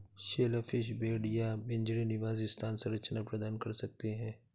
shellfish bed या पिंजरे निवास स्थान संरचना प्रदान कर सकते हैं